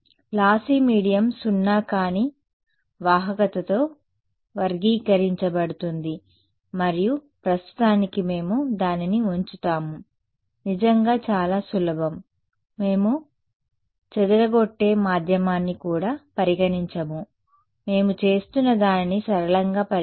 కాబట్టి lossy medium సున్నా కాని వాహకతతో వర్గీకరించబడుతుంది మరియు ప్రస్తుతానికి మేము దానిని ఉంచుతాము నిజంగా చాలా సులభం మేము చెదరగొట్టే మాధ్యమాన్ని కూడా పరిగణించము మేము చేస్తున్న దానిని సరళంగా పరిగణిస్తాము